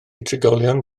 trigolion